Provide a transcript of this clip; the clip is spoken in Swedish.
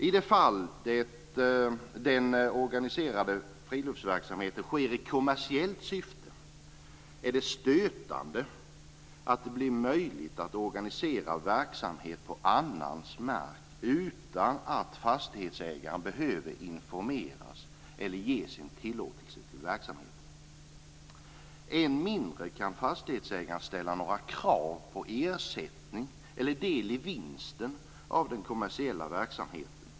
I det fall den organiserade friluftsverksamheten sker i kommersiellt syfte är det stötande att det blir möjligt att organisera verksamhet på annans mark utan att fastighetsägaren behöver informeras eller ge sin tillåtelse till verksamheten. Än mindre kan fastighetsägaren ställa några krav på ersättning eller del i vinsten av den kommersiella verksamheten.